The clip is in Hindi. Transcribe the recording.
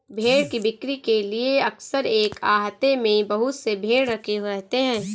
भेंड़ की बिक्री के लिए अक्सर एक आहते में बहुत से भेंड़ रखे रहते हैं